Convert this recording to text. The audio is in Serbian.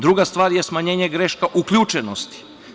Druga stvar je smanjenje greška uključenosti.